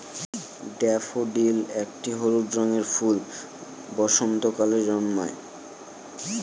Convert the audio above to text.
daffodil একটি হলুদ রঙের ফুল বসন্তকালে জন্মায়